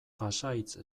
pasahitz